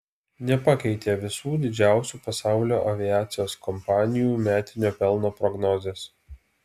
nepakeitė visų didžiausių pasaulio aviacijos kompanijų metinio pelno prognozės